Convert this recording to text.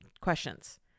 questions